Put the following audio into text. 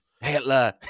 Hitler